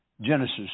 Genesis